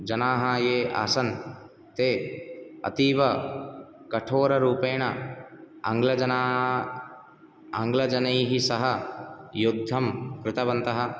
जनाः ये आसन् ते अतीवकठोररूपेण आङ्ग्लजना आङ्ग्लजनैः सह युद्धं कृतवन्तः